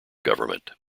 government